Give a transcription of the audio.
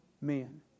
Men